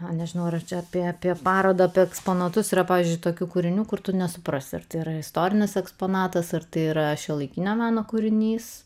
nežinau ar čia apie apie parodą apie eksponatus yra pavyzdžiui tokių kūrinių kur tu nesuprasi ar tai yra istorinis eksponatas ar tai yra šiuolaikinio meno kūrinys